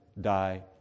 die